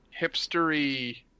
hipstery